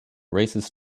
races